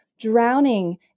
drowning